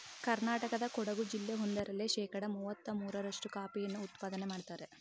ಕರ್ನಾಟಕದ ಕೊಡಗು ಜಿಲ್ಲೆ ಒಂದರಲ್ಲೇ ಶೇಕಡ ಮುವತ್ತ ಮೂರ್ರಷ್ಟು ಕಾಫಿಯನ್ನು ಉತ್ಪಾದನೆ ಮಾಡ್ತರೆ